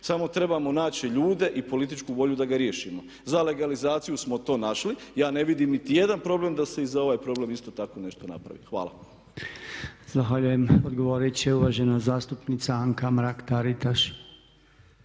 samo trebamo naći ljude i političku volju da ga riješimo, za legalizaciju smo to našli, ja ne vidim niti jedan problem da se i za ovaj problem isto tako nešto napravi. Hvala. **Podolnjak, Robert (MOST)** Zahvaljujem. Odgovorit će uvažena zastupnica Anka Mrak-Taritaš.